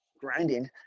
grinding